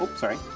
um sorry.